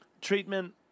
treatment